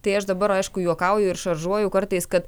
tai aš dabar aišku juokauju ir šaržuoju kartais kad